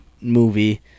movie